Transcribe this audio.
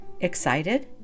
Excited